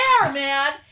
man